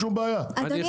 אדוני,